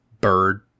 bird